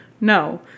No